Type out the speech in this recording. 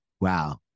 wow